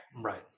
Right